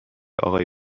آقای